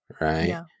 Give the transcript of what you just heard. right